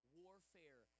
warfare